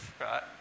Right